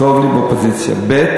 טוב לי באופוזיציה, ב.